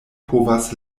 povas